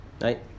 Right